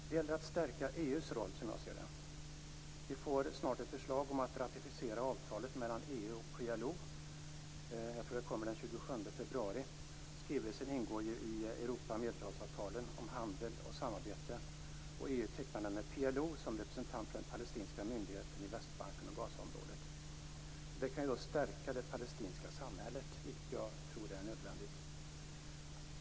Det gäller att stärka EU:s roll, som jag ser det. Vi får snart ett förslag om att ratificera avtalet mellan EU och PLO. Jag tror att det kommer den 27 februari. Skrivelsen ingår i Europa-Medelhavsavtalen om handel och samarbete, och EU tecknar det med PLO Västbanken och Gazaområdet. Det kan stärka det palestinska samhället, vilket jag tror är nödvändigt.